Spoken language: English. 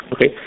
Okay